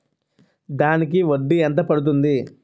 దానికి వడ్డీ ఎంత పడుతుంది?